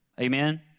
Amen